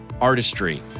artistry